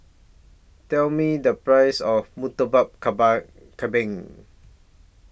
Tell Me The Price of Murtabak Kambing